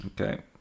Okay